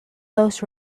los